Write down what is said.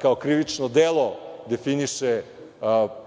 kao krivično delo definiše pokušaj